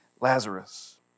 Lazarus